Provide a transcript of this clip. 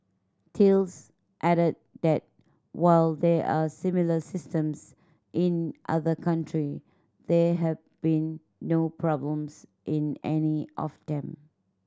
Thales added that while there are similar systems in other country there have been no problems in any of them